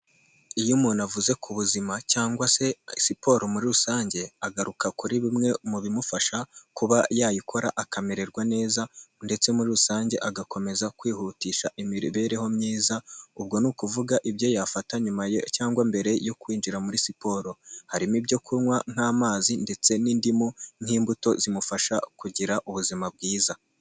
Iyo umuntu avuze ku buzima cyangwa se siporo muri rusange, agaruka kuri bimwe mu bimufasha kuba yayikora akamererwa neza ndetse muri rusange agakomeza kwihutisha imibereho myiza, ubwo ni ukuvuga ibyo yafata nyuma cyangwa mbere yo kwinjira muri siporo, harimo ibyo kunywa n'amazi ndetse n'indimu n'imbuto zimufasha kugira ubuzima bwiza.